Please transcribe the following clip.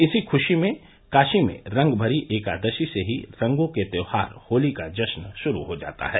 इसी खुशी में काशी में रंगमरी एकादशी से ही रंगों के त्यौहार होली का जश्न शुरू हो जाता है